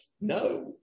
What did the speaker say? no